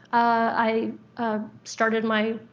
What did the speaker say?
i ah started my,